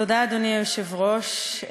אדוני היושב-ראש,